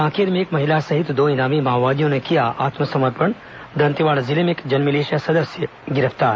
कांकेर में एक महिला सहित दो इनामी माओवादियों ने किया आत्मसमर्पण दंतेवाड़ा जिले में एक जनमिलिशिया सदस्य गिरफ्तार